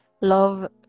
love